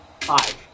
Five